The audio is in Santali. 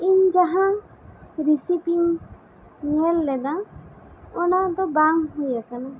ᱤᱧ ᱢᱟᱦᱟᱸ ᱨᱮᱥᱤᱯᱤᱧ ᱧᱮᱞ ᱞᱮᱫᱟ ᱚᱱᱟ ᱫᱚ ᱵᱟᱝ ᱦᱩᱭ ᱟᱠᱟᱱᱟ